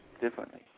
differently